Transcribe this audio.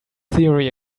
theory